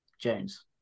Jones